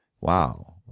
wow